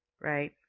right